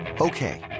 Okay